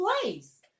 place